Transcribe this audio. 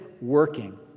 working